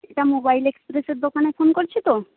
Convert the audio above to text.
এটা মোবাইল এক্সপ্রেসের দোকানে ফোন করছি তো